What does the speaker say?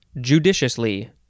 judiciously